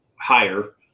higher